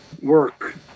work